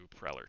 Preller